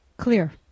clear